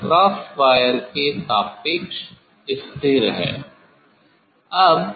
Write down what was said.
यह क्रॉसवायर के सापेक्ष स्थिर है